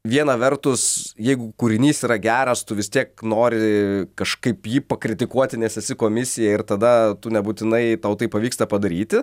viena vertus jeigu kūrinys yra geras tu vis tiek nori kažkaip jį pakritikuoti nes esi komisija ir tada tu nebūtinai tau tai pavyksta padaryti